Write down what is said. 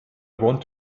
want